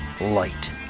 light